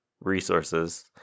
resources